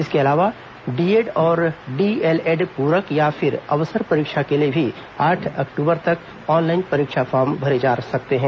इसके अलावा डीएड और डीएलएड प्रक या फिर अवसर परीक्षा के लिए भी आठ अक्टूबर तक ऑनलाइन परीक्षा फॉर्म भरे जा सकते हैं